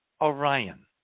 Orion